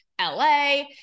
la